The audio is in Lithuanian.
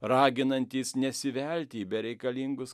raginantys nesivelti į bereikalingus